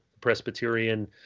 Presbyterian